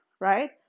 right